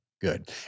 good